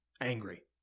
angry